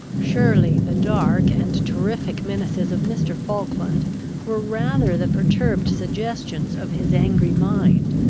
surely the dark and terrific menaces of mr. falkland were rather the perturbed suggestions of his angry mind,